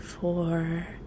four